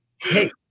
hey